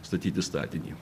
statyti statinį